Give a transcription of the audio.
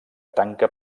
tanca